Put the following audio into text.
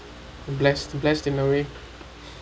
blessed blessed in a way